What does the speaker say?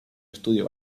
estudio